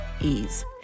ease